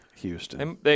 Houston